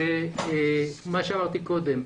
את מה שאמרתי קודם.